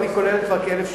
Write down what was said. כן.